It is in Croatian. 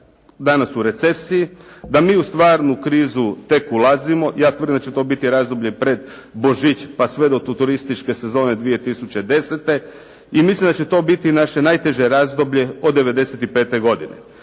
danas u recesiji, da mi u stvarnu krizu tek ulazimo. Ja tvrdim da će to biti razdoblje pred Božić pa sve do turističke sezone 2010. i mislim da će to biti naše najteže razdoblje od '95. godine.